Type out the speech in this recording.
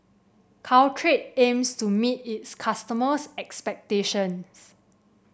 Caltrate aims to meet its customers' expectations